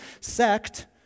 sect